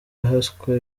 yahaswe